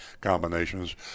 combinations